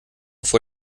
vor